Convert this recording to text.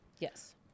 yes